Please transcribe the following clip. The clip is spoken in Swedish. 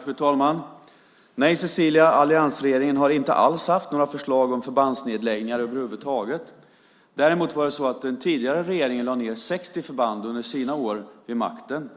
Fru talman! Nej, Cecilia - alliansregeringen har inte alls haft några förslag om förbandsnedläggningar över huvud taget. Däremot lade den tidigare regeringen ned 60 förband under sina år vid makten.